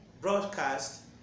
broadcast